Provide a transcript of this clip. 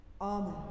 Amen